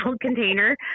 container